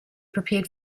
prepared